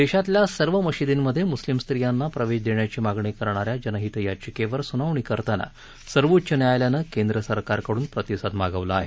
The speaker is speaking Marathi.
देशातल्या सर्व मशिदींमध्ये मुस्लिम स्त्रियांना प्रवेश देण्याची मागणी करणाऱ्या जनहित याचिकेवर सुनावणी करताना सर्वोच्च न्यायालयानं केंद्रसरकारकडून प्रतिसाद मागवला आहे